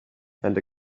and